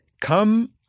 come